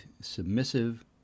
submissive